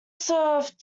served